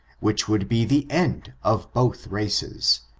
which would be the end of both races,